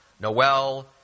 Noel